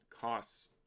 costs